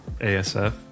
ASF